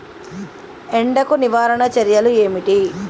ఎండకు నివారణ చర్యలు ఏమిటి?